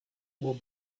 will